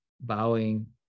bowing